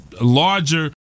larger